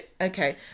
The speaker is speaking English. okay